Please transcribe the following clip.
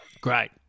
Great